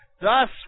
Thus